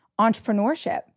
entrepreneurship